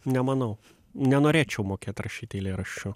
nemanau nenorėčiau mokėt rašyt eilėraščių